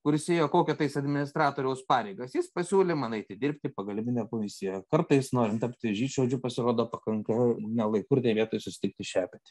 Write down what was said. kuris ėjo kokio tais administratoriaus pareigas jis pasiūlė man eiti dirbti pagalbiniu komisijoj kartais norint tapti žydšaudžiu pasirodo pakanka ne laiku ir ne vietoj susitikti šepetį